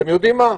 אתם יודעים מה,